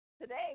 Today